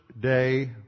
day